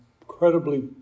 incredibly